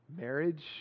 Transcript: marriage